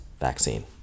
vaccine